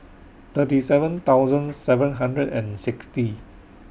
thirty seven thousand seven hundred and sixty